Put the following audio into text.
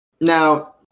Now